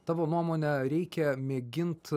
tavo nuomone reikia mėgint